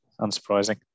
Unsurprising